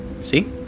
See